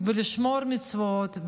ולשמור מצוות,